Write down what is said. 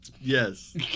Yes